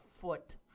foot